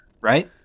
right